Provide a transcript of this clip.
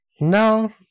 no